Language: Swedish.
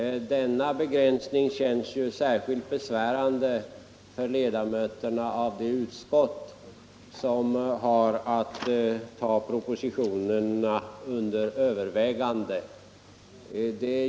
Denna begränsning känns ju särskilt besvärande för ledamöterna av det utskott som har att ta propositionerna under övervägande.